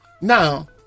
Now